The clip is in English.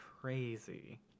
crazy